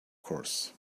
course